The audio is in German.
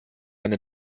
eine